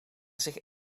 zich